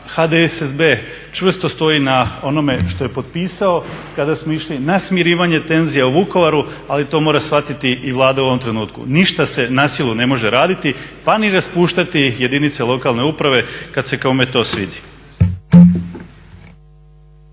HDSSB čvrsto stoji na onome što je potpisao kada smo išli na smirivanje tenzija u Vukovaru ali to mora shvatiti i Vlada u ovom trenutku. Ništa se na silu ne može raditi pa ni raspuštati jedinice lokalne uprave kad se kome to svidi.